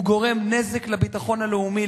הוא גורם נזק לביטחון הלאומי.